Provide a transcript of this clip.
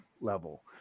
level